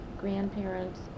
grandparents